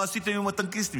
מה עשיתם עם הטנקיסטים?